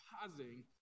pausing